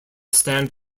stand